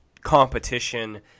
competition